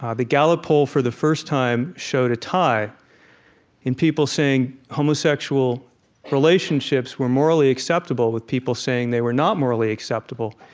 ah the gallup poll, for the first time, showed a tie in people saying homosexual relationships were morally acceptable with people saying they were not morally acceptable.